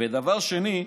ודבר שני,